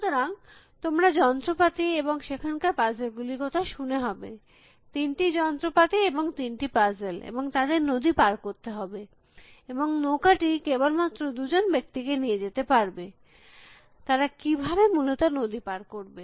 সুতরাং তোমরা যন্ত্রপাতি এবং সেখানকার পাজেল গুলির কথা শুনে হবে তিনটি যন্ত্রপাতি এবং তিনটি এবং তাদের নদী পার করতে হবে এবং নৌকাটি কেবল মাত্র দুজন ব্যক্তি কে নিয়ে যেতে পারবে তারা কিভাবে মূলত নদী পার করবে